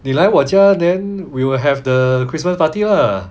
你来我家 then we will have the christmas party lah